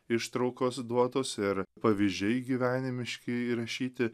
ištraukos duotos ir pavyzdžiai gyvenimiški įrašyti